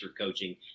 Coaching